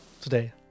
today